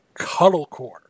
Cuddlecore